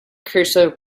cursor